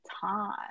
time